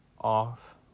off